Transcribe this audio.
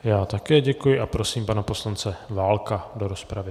Já také děkuji a prosím pana poslance Válka do rozpravy.